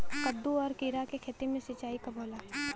कदु और किरा के खेती में सिंचाई कब होला?